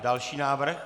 Další návrh.